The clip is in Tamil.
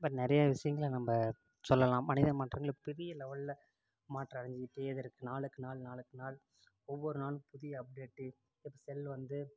இப்போ நிறைய விஷயங்களை நம்ம சொல்லலாம் மனிதன் மாற்றங்களை பெரிய லெவெலில் மாற்றம் அடைஞ்சிக்கிட்டே தான் இருக்கு நாளுக்கு நாள் நாளுக்கு நாள் ஒவ்வொரு நாளும் புதிய அப்டேட்டு இப்போ செல் வந்து